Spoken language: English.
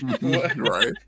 Right